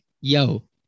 yo